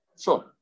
Sure